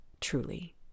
truly